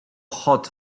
hot